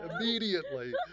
immediately